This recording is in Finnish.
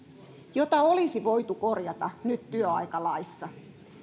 jota olisi voitu korjata nyt työaikalaissa